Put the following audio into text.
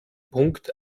punkt